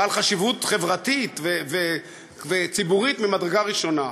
בעל חשיבות חברתית וציבורית ממדרגה ראשונה.